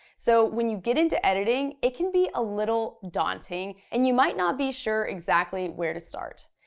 so when you get into editing, it can be a little daunting and you might not be sure exactly where to start.